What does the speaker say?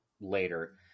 later